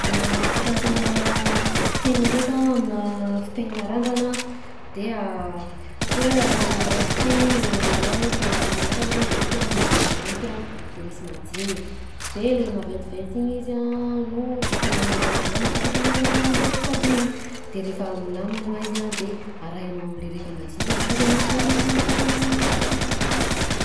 Fiasanà paigna ndraika aminà fipaignana randrana de ohatra hoe le randranao miraikitra igny na hoe te handamina randrana anao de izy a misy maventy a de misy madinika; de le maventiventy igny izy a no ipaignanao ananjy voalohany raha ohatra ka le randranao miraikitra be igny, de rehefa milamina ma izy a de arahinao am'le raika madinika avy akeo de mampilamin-drandranao zany tegna asany.